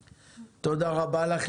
תודה רבה לך.